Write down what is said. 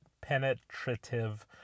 penetrative